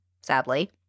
Sadly